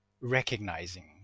recognizing